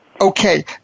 Okay